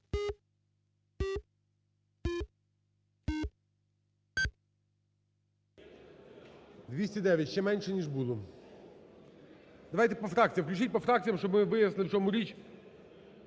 За-209 Ще менше, ніж було. Давайте по фракціям. Включіть по фракціям, щоб ми вияснили, в чому річ.